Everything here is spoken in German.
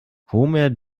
homer